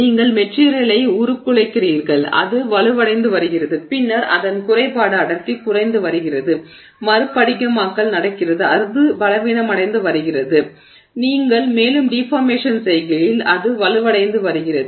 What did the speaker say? நீங்கள் மெட்டிரியலை உருக்குலைக்கிறீர்கள் அது வலுவடைந்து வருகிறது பின்னர் அதன் குறைபாடு அடர்த்தி குறைந்து வருகிறது மறுபடிகமாக்கல் நடக்கிறது அது பலவீனமடைந்து வருகிறது நீங்கள் மேலும் டிஃபார்மேஷன் செய்கையில் அது வலுவடைந்து வருகிறது